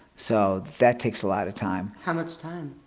so that takes a lot of time how much time?